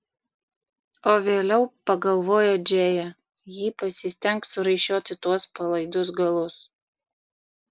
o vėliau pagalvojo džėja ji pasistengs suraišioti tuos palaidus galus